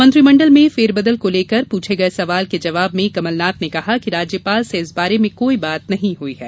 मंत्रिमंडल में फेरबदल को लेकर प्रछे गये सवाल के जवाब में कमलनाथ ने कहा कि राज्यपाल से इस बारे में कोई बात नहीं हुई है